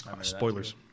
spoilers